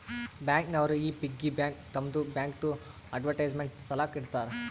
bank ನವರು ಈ piggy bank ತಮ್ಮದು ಬ್ಯಾಂಕ್ದು ಅಡ್ವರ್ಟೈಸ್ಮೆಂಟ್ ಸಲಾಕ ಇಡ್ತಾರ